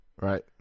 right